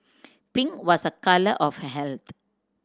pink was a colour of health